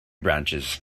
branches